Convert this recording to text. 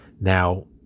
Now